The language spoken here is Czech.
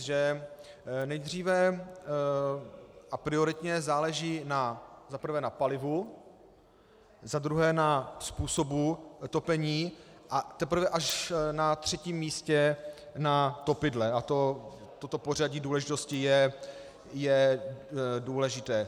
Že nejdříve a prioritně záleží za prvé na palivu, za druhé na způsobu topení, a teprve až na třetím místě na topidle, a toto pořadí důležitosti je důležité.